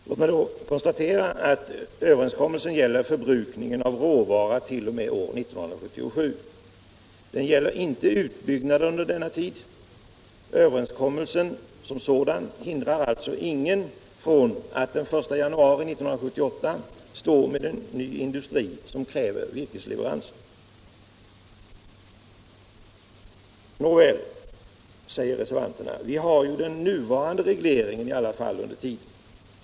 Man kan då konstatera att överenskommelsen gäller förbrukningen av råvara t.o.m. år 1977. Den gäller inte utbyggnad under denna tid. Överenskommelsen som sådan hindrar alltså ingen från att den 1 januari 1978 stå där med en ny industri som kräver virkesleveranser. Nåväl, säger reservanterna. Vi har ju i alla fall den nuvarande reg leringen under tiden.